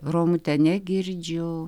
romute negirdžiu